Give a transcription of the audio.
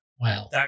Wow